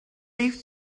leave